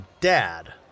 dad